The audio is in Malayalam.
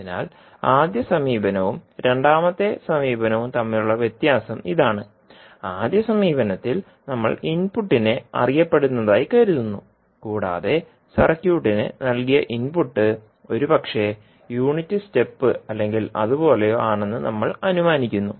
അതിനാൽ ആദ്യ സമീപനവും രണ്ടാമത്തെ സമീപനവും തമ്മിലുള്ള വ്യത്യാസം ഇതാണ് ആദ്യ സമീപനത്തിൽ നമ്മൾ ഇൻപുട്ടിനെ അറിയപ്പെടുന്നതായി കരുതുന്നു കൂടാതെ സർക്യൂട്ടിന് നൽകിയ ഇൻപുട്ട് ഒരുപക്ഷേ യൂണിറ്റ് സ്റ്റെപ്പ് അല്ലെങ്കിൽ അതുപോലെയോ ആണെന്ന് നമ്മൾ അനുമാനിക്കുന്നു